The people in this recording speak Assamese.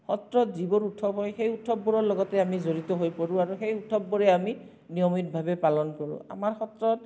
সত্ৰত যিবোৰ উৎসৱ হয় সেই উৎসৱবোৰৰ লগতে আমি জড়িত হৈ পৰোঁ আৰু সেই উৎসৱবোৰে আমি নিয়মিতভাৱে পালন কৰোঁ আমাৰ সত্ৰত